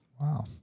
Wow